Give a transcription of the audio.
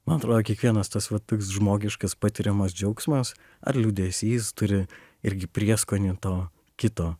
man atrodo kiekvienas tas va toks žmogiškas patiriamas džiaugsmas ar liūdesys turi irgi prieskonį to kito